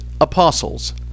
apostles